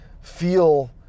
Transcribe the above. feel